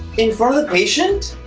inform the patient.